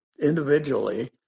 individually